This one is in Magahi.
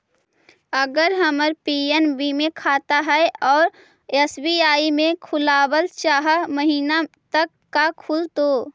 अगर हमर पी.एन.बी मे खाता है और एस.बी.आई में खोलाबल चाह महिना त का खुलतै?